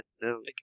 no